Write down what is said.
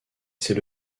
c’est